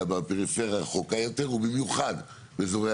אלא בפריפריה הרחוקה יותר ובמיוחד באזורי